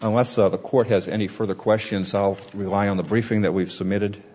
unless of course has any further question solved rely on the briefing that we've submitted